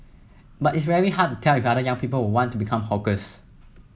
but it's very hard tell if other young people will want to become hawkers